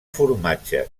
formatge